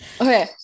Okay